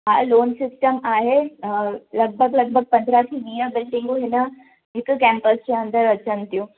हा लोन सिस्टम आहे लॻिभॻि लॻिभॻि पंदिरहं खां वीह बिल्डिंगूं हिन हिक केम्पस जे अंदरि अचनि थियूं